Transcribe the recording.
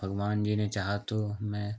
भगवान जी ने चाहा तो मैं